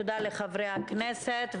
תודה לחברי הכנסת.